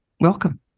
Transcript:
Welcome